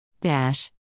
Dash